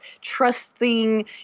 trusting